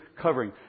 covering